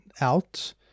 out